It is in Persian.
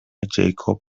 جیکوب